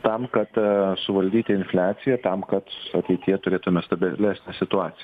tam kad suvaldyti infliaciją tam kad ateityje turėtume stabilesnę situaciją